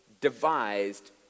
devised